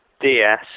DS